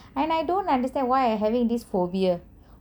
and I don't understand why I having this phobia